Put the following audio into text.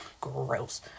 gross